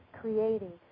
creating